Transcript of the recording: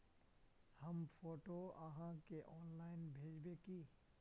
हम फोटो आहाँ के ऑनलाइन भेजबे की?